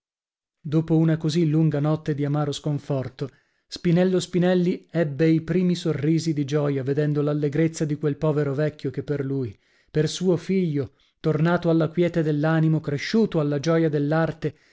dopo una così lunga notte di amaro sconforto spinello spinelli ebbe i primi sorrisi di gioia vedendo l'allegrezza di quel povero vecchio che per lui per suo figlio tornato alla quiete dell'animo cresciuto alla gloria dell'arte